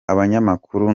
abanyamakuru